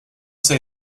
say